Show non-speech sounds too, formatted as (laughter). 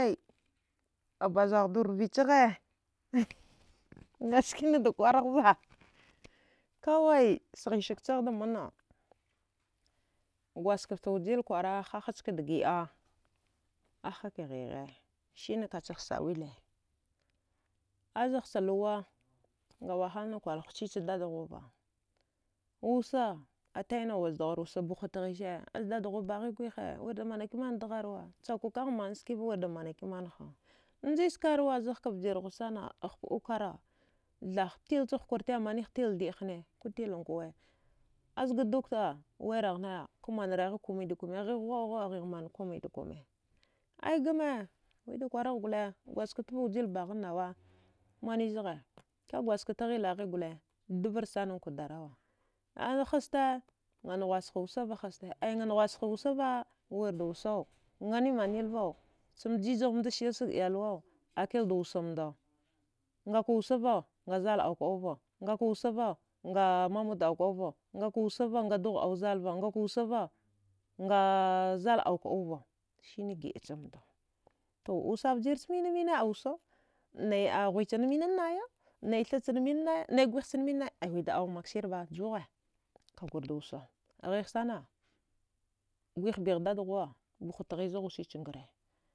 (noise) Abazaghdu rvichaghe (laughs) ngaskinada kwaraghva kawai sghisagchaghda mana gwadjgaft wujil kwara hah skada giəa ahak ghighe sine kachagh sawile azaghcha luwa nga wahalna kwalch dadghuwa huchiva wusa ataəinagh wusdgha wusa buha tghise azdadghu baghikwihe wirda manakimana dgharwa chakukagh manskiva wirda manakimanha nji skarwa zaghka vjirhusana ahpəukara thah tilchagh kwarte amanigh tilchage thiə hane ko til nkuwe azga dukta wairaghnaya kamaghi kumaida kumai ghigh ghuwaəau ghuwa. a ghighman kumaida kumai aya game wida kwaragh dole gwadjgaftva wujil baghghan nawa manwil zgha ka gwadjgaft ghilaghi gole dvarsanankwa darawa ana hasta nga nughuwasha wusava haste aya nganughwas ha wusava wirda wusau (noise) ngani manilva chamjijghamda silsag ilyawau akilda wusamda ngaka wusava ngazal auka auva ngaka wusava nga mamud auka auva ngakawusava ngadugh auzalva ngaka wusava nga zal auka auva sine giəa chamda to wusa vgirch minmina ausa nai a ghuwi chana naya naithachan mina naya naighwihchan mina naya aya wida awagh maksirba juwagha kagarda wusa ghighsana gwih bigh dadghuwa buha tghis zagh wusichan ngre